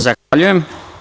Zahvaljujem.